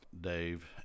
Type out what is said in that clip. Dave